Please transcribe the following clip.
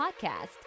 podcast